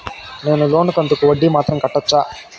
నేను లోను కంతుకు వడ్డీ మాత్రం కట్టొచ్చా?